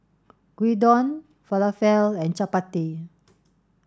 Gyudon Falafel and Chapati